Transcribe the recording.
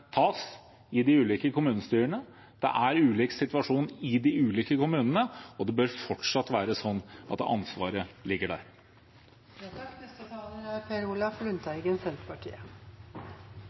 tas i de ulike kommunestyrene. Det er ulik situasjon i de ulike kommunene, og det bør fortsatt være sånn at ansvaret ligger der. Representanten Jon Engen-Helgheim sier at eiendomsskatt ikke er